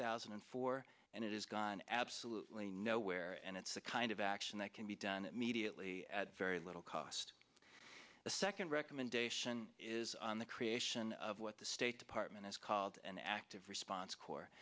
thousand and four and it is gone absolutely nowhere and it's the kind of action that can be done immediately at very little cost the second recommendation is on the creation of what the state department has called an active response cor